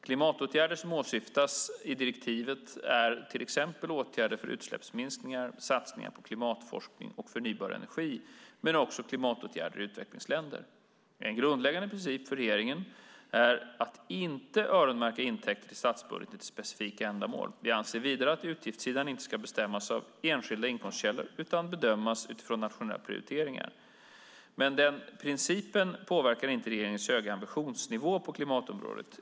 Klimatåtgärder som åsyftas i direktivet är till exempel åtgärder för utsläppsminskningar, satsningar på klimatforskning och förnybar energi men också klimatåtgärder i utvecklingsländer. En grundläggande princip för regeringen är att inte öronmärka intäkter till statsbudgeten till specifika ändamål. Vi anser vidare att utgiftssidan inte ska bestämmas av enskilda inkomstkällor utan bedömas utifrån nationella prioriteringar. Men den principen påverkar inte regeringens höga ambitionsnivå på klimatområdet.